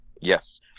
Yes